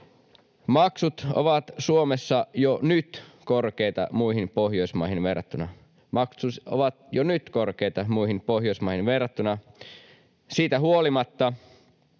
Maksut ovat Suomessa jo nyt korkeita muihin Pohjoismaihin verrattuna. Siitä huolimatta